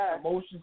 Emotions